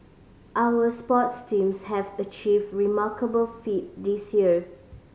our sports teams have achieved remarkable feat this year